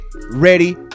ready